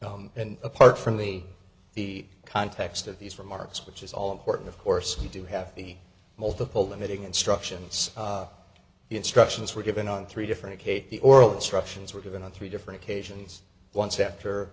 well and apart from me the context of these remarks which is all important of course we do have the multiple the meeting instructions the instructions were given on three different case the oral instructions were given on three different occasions once after